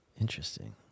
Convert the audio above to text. Interesting